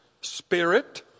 spirit